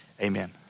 Amen